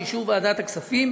באישור ועדת הכספים,